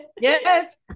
yes